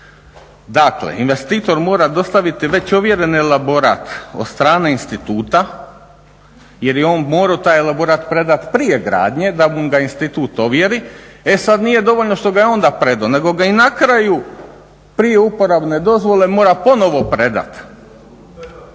Dakle, investitor mora dostaviti već ovjereni elaborat od strane instituta jer je on morao taj elaborat predati prije gradnje da bi mu ga institut ovjerio. E sad nije dovoljno što ga je onda predao nego ga i na kraju prije uporabne dozvole mora ponovno predati.